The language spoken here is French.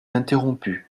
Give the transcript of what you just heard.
interrompu